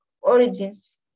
origins